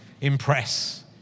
impress